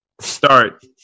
start